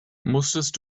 musstest